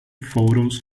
photos